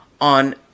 on